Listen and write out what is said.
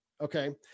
Okay